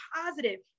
positive